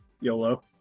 Yolo